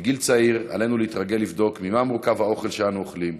מגיל צעיר עלינו להתרגל לבדוק ממה מורכב האוכל שאנחנו אוכלים,